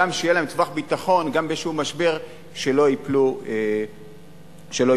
גם שיהיה להם טווח ביטחון, שלא ייפלו באיזה משבר.